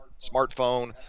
smartphone